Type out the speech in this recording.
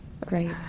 great